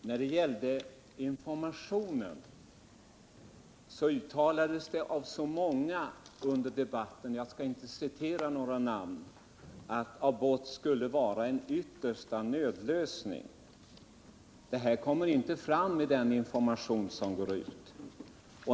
Herr talman! När det gäller frågan om informationen uttalades det av så många under debatten — jag skall inte ange några namn — att abort skulle tillgripas endast som en yttersta nödlösning. Detta kommer inte fram i den information som går ut.